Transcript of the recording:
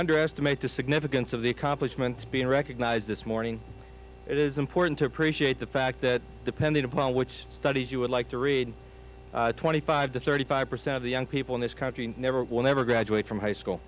underestimate the significance of the accomplishments being recognized this morning it is important to appreciate the fact that depending upon which studies you would like to read twenty five to thirty five percent of the young people in this country and never will never graduate from high school